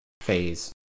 phase